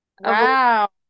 Wow